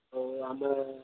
ହଉ ଆମେ